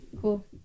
Cool